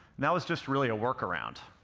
now it's just really a work-around.